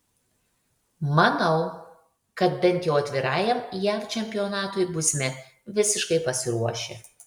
manau kad bent jau atvirajam jav čempionatui būsime visiškai pasiruošę